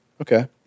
Okay